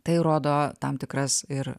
tai rodo tam tikras ir